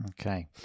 Okay